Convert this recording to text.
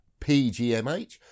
pgmh